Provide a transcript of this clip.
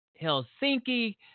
Helsinki